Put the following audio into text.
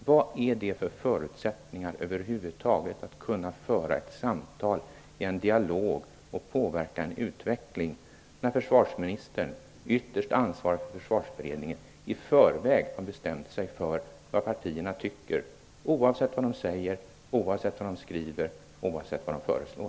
Vad ger det för förutsättningar att över huvud taget föra ett samtal eller en dialog för att påverka en utveckling när försvarsministern, som ytterst ansvarig för Försvarsberedningen, i förväg har bestämt sig för vad partierna tycker, oavsett vad de säger, skriver och föreslår?